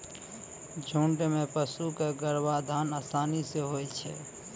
झुंड म पशु क गर्भाधान आसानी सें होय छै